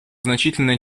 значительная